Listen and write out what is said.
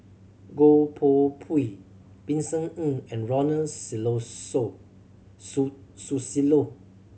Goh Koh Pui Vincent Ng and Ronald So Susilo